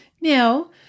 Now